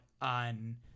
on